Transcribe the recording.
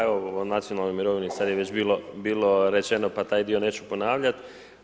Evo o nacionalnoj mirovini sad je već bilo rečeno pa taj dio neću ponavljat.